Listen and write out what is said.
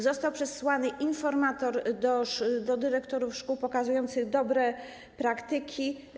Został przesłany informator do dyrektorów szkół pokazujący dobre praktyki.